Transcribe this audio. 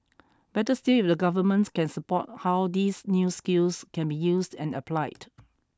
better still if the government can support how these new skills can be used and applied